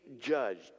judged